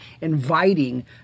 inviting